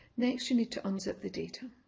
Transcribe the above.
next you need to unzip the data.